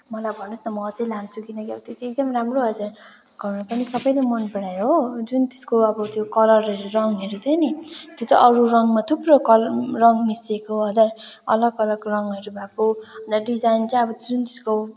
मलाई भन्नुहोस् न म अझै लान्छु किनकि त्यो चाहिँ एकदम राम्रो हजुर घरमा पनि सबैले मन परायो हो जुन त्यसको अब त्यो कलरहरू रङहरू थियो नि त्यो चाहिँ अरू रङमा थुप्रो कलर रङ मिस्सिएको हजुर अलग अलग रङहरू भएको त्यहाँ डिजाइन चाहिँ जुन त्यसको